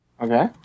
Okay